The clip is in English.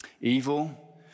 evil